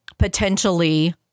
Potentially